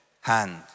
hand